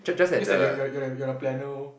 just that you're you're you're you're the planner loh